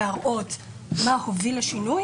כדי להראות מה הוביל לשינוי